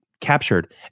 captured